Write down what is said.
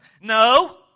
No